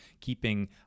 keeping